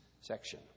section